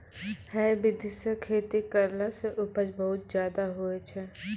है विधि सॅ खेती करला सॅ उपज बहुत ज्यादा होय छै